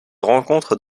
rencontre